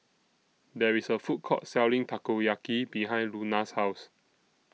There IS A Food Court Selling Takoyaki behind Luna's House